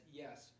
yes